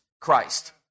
Christ